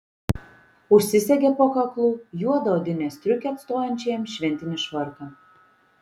užsisegė po kaklu juodą odinę striukę atstojančią jam šventinį švarką